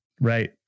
Right